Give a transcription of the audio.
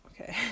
Okay